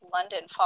London